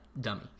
dummy